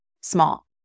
small